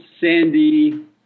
Sandy